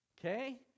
Okay